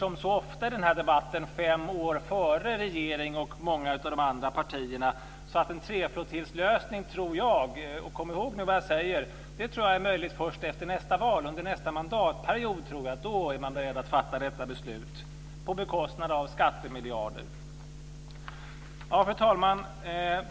Som så ofta i den här debatten ligger vi fem år före regering och många av de andra partierna. Jag tror att en tre-flottiljs-lösning är möjlig först efter nästa val, och kom ihåg vad jag säger nu. Jag tror att man är beredd att fatta detta beslut under nästa mandatperiod på bekostnad av skattemiljarder. Fru talman!